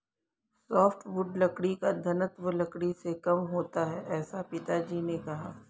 softwood लकड़ी का घनत्व लकड़ी से कम होता है ऐसा पिताजी ने कहा